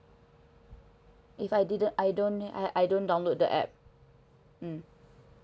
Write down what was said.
if I didn't I don't I I don't download the app mm